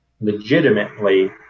legitimately